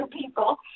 people